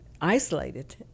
isolated